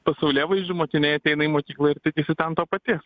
pasaulėvaizdžiu mokiniai ateina į mokyklą ir tikisi ten to paties